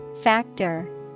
Factor